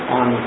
on